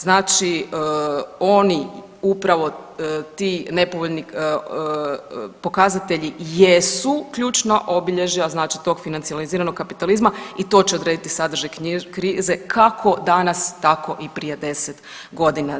Znači oni upravo ti nepovoljni pokazatelji jesu ključna obilježja, znači tog financijaliziranog kapitalizma i to će odrediti sadržaj krize kako danas tako i prije 10 godina.